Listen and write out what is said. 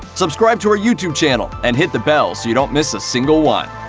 subscribe to our youtube channel and hit the bell so you don't miss a single one.